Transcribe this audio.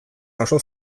jaso